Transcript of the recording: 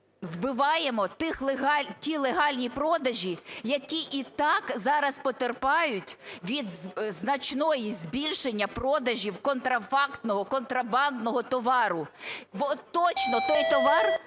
вбиваємо ті легальні продажі, які і так зараз потерпають від значного збільшення продажу контрафактного, контрабандного товару. Бо точно, той товар